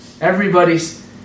Everybody's